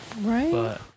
Right